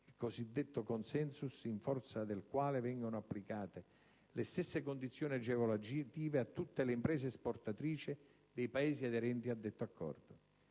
il cosiddetto Consensus, in forza del quale vengono applicate le stesse condizioni agevolative a tutte le imprese esportatrici dei Paesi aderenti a detto accordo.